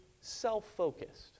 self-focused